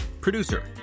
Producer